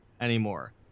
anymore